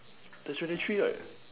the thirty three right